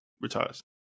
retires